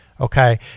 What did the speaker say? okay